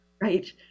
right